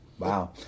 Wow